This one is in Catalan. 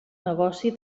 negoci